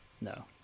No